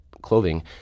clothing